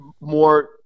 more